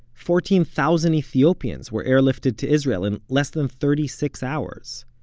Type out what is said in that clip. fourteen thousand ethiopians were airlifted to israel in less than thirty-six hours.